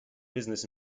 business